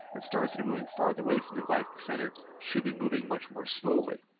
and stars that are moving farther away from the galactic center should be moving much more slowly.